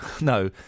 no